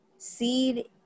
Seed